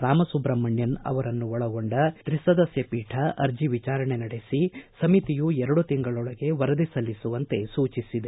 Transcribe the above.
ರಾಮಸುಬ್ರಮಣ್ಠನ್ ಅವರನ್ನು ಒಳಗೊಂಡ ತ್ರಿ ಸದಸ್ಯ ಪೀಠ ಅರ್ಜಿ ವಿಚಾರಣೆ ನಡೆಸಿ ಸಮಿತಿಯು ಎರಡು ತಿಂಗಳೊಳಗೆ ವರದಿ ಸಲ್ಲಿಸುವಂತೆ ಸೂಚಿಸಿದೆ